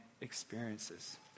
experiences